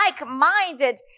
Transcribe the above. like-minded